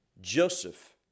joseph